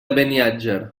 beniatjar